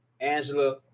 Angela